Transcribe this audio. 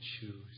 choose